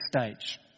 stage